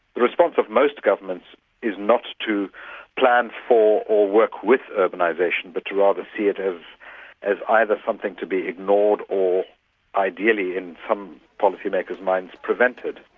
the response of most governments is not to plan for or work with urbanisation but to rather see it as as either something to be ignored or ideally, in some policy-makers minds, prevented.